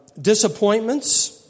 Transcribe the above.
disappointments